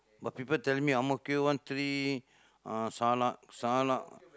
but people tell me Ang-Mo-Kio one three uh sala~ sala